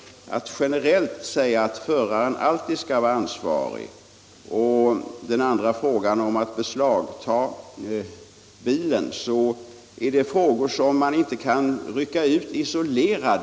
— om att generellt säga att föraren alltid skall vara ansvarig —- eller den andra frågan — om att beslagta bilen — kan ryckas ut ur sitt sammanhang och behandlas isolerade.